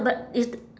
but is t~